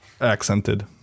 accented